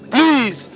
Please